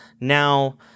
Now